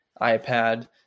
ipad